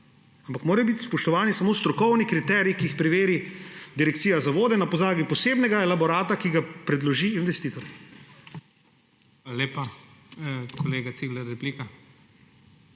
Ampak morajo biti spoštovani samo strokovni kriteriji, ki jih preveri Direkcija za vode na podlagi posebnega elaborata, ki ga predloži investitor. **PREDSEDNIK IGOR